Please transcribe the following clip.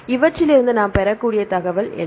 இவற்றிலிருந்து நாம் பெறக்கூடிய தகவல் என்ன